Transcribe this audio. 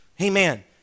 amen